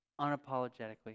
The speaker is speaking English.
unapologetically